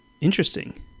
Interesting